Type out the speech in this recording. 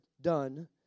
done